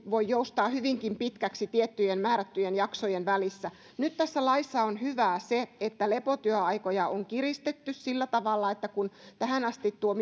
voi joustaa hyvinkin pitkäksi tiettyjen määrättyjen jaksojen välissä nyt tässä laissa on hyvää se että lepotyöaikoja on kiristetty sillä tavalla että kun tähän asti tuo